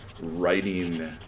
writing